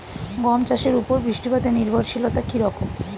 গম চাষের উপর বৃষ্টিপাতে নির্ভরশীলতা কী রকম?